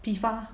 批发